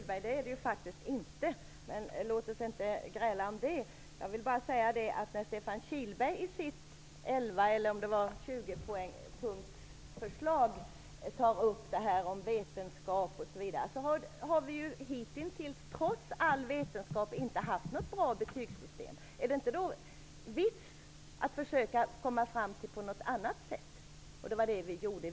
Herr talman! Nej, Stefan Kihlberg, förslaget är faktiskt inte dött. Men låt oss inte gräla om det. Stefan Kihlberg tar i sitt elvaellertjugopunktsförslag upp frågan om vetenskaplighet. Jag vill bara säga att vi hittills trots all vetenskap inte har haft något bra betygssystem. Är det då inte någon vits med att försöka komma fram på något annat sätt? Det var det vi gjorde.